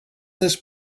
this